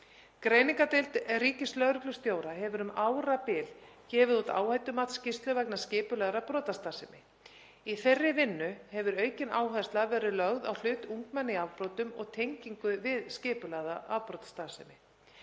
Greiningardeild ríkislögreglustjóra hefur um árabil gefið út áhættumatsskýrslu vegna skipulagðrar brotastarfsemi. Í þeirri vinnu hefur aukin áhersla verið lögð á hlut ungmenna í afbrotum og tengingu við skipulagða brotastarfsemi.